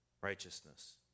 righteousness